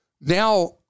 now